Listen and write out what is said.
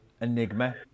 enigma